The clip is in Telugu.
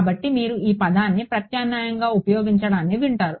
కాబట్టి మీరు ఈ పదాన్ని ప్రత్యామ్నాయంగా ఉపయోగించడాన్ని వింటారు